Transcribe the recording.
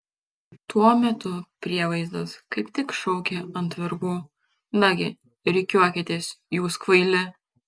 tuo metu prievaizdas kaip tik šaukė ant vergų nagi rikiuokitės jūs kvaili